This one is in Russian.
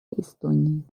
эстонии